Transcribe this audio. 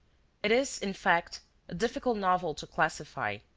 it is, in fact, a difficult novel to classify,